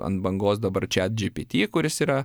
ant bangos dabar čiat džipity kuris yra